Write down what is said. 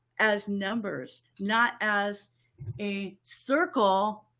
as numbers, not as a circle,